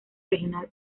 regional